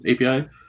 API